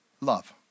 love